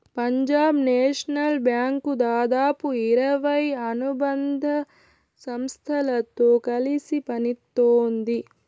Punjab National Bank దాదాపు ఇరవై అనుబంధ సంస్థలతో కలిసి పనిత్తోంది